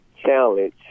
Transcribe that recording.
challenge